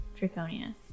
Draconia